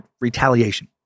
retaliation